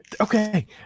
okay